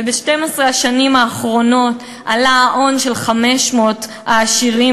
וב-12 השנים האחרונות עלה ההון של 500 העשירים